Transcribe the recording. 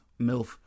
MILF